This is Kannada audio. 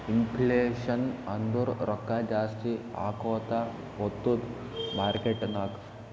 ಇನ್ಫ್ಲೇಷನ್ ಅಂದುರ್ ರೊಕ್ಕಾ ಜಾಸ್ತಿ ಆಕೋತಾ ಹೊತ್ತುದ್ ಮಾರ್ಕೆಟ್ ನಾಗ್